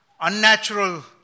unnatural